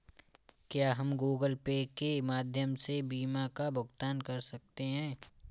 क्या हम Google Pay के माध्यम से बीमा का भुगतान कर सकते हैं?